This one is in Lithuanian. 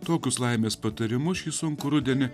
tokius laimės patarimus šį sunkų rudenį